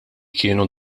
kienu